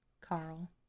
Carl